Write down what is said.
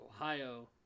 Ohio